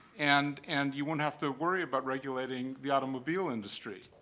and and you won't have to worry about regulating the automobile industry.